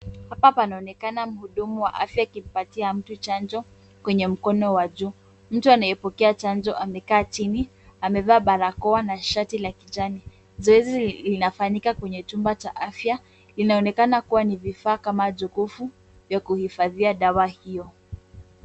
Hapa panaonekana mhudumu wa afya akipatia mtu chanjo, kwenye mkono wa juu. Mtu anayepokea chanjo amekaa chini, amevaa barakoa na shati la kijani. Zoezi linafanyika kwenye chumba cha afya, linaonekana kuwa ni vifaa kama jokofu vya kuhifadhia dawa hiyo.